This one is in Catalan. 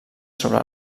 sobre